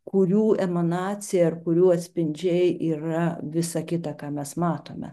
kurių emanacija ar kurių atspindžiai yra visa kita ką mes matome